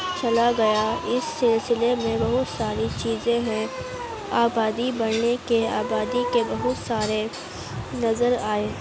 چلا گیا اس سلسلے میں بہت ساری چیزیں ہیں آبادی بڑھنے کے آبادی کے بہت سارے نظر آئے